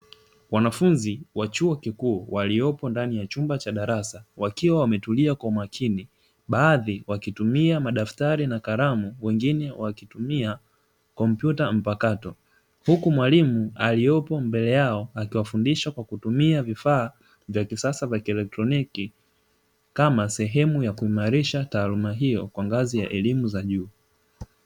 Wanafunzi wa chuo kikuu waliopo ndani ya chumba cha darasa wakiwa wametulia kwa makini, baadhi wakitumia madaftari na kalamu wengine wakitumia kompyuta mpakato, huku mwalimu aliyepo mbele yao akiwafundisha kwa kutumia vifaa vya kisasa vya kieletroniki, kama sehemu ya kuimarisha taaluma hiyo kwa ngazi za elimu ya juu.